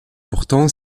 pourtant